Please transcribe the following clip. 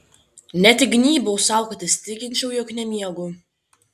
net įgnybiau sau kad įsitikinčiau jog nemiegu